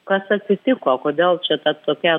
kas atsitiko kodėl čia ta tokia